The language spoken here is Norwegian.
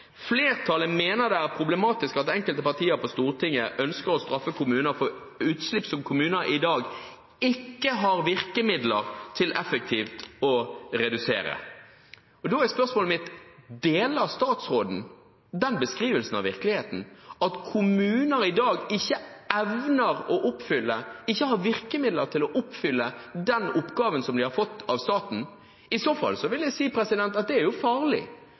mener det er problematisk at enkelte partier på Stortinget ønsker å straffe kommuner for utslipp som kommunene i dag ikke har virkemidler til effektivt å redusere.» Da er spørsmålet mitt: Deler statsråden den beskrivelsen av virkeligheten at kommuner i dag ikke evner å oppfylle – ikke har virkemidler til å oppfylle – den oppgaven som de har fått av staten? I så fall vil jeg si at det er farlig